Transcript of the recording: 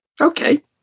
Okay